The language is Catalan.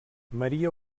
maria